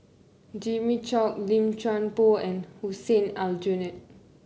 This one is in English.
Jimmy Chok Lim Chuan Poh and Hussein Aljunied